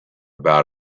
about